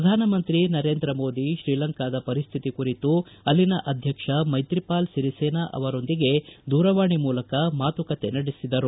ಪ್ರಧಾನಮಂತ್ರಿ ನರೇಂದ್ರ ಮೋದಿ ತ್ರೀಲಂಕಾದ ಪರಿಸ್ಥಿತಿ ಕುರಿತು ಅಲ್ಲಿನ ಅಧ್ವಕ್ಷ ಮೈತ್ರಿಪಾಲ್ ಸಿರಿಸೇನಾ ಅವರೊಂದಿಗೆ ದೂರವಾಣಿ ಮೂಲಕ ಮಾತುಕತೆ ನಡೆಸಿದರು